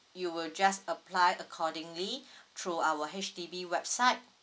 you will just apply accordingly through our H_D_B website